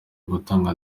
ugutanga